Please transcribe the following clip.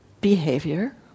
behavior